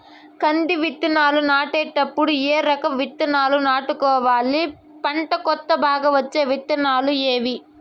కంది విత్తనాలు నాటేటప్పుడు ఏ రకం విత్తనాలు నాటుకోవాలి, పంట కోత బాగా వచ్చే విత్తనాలు ఏవీ?